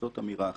זאת אמירה אחת.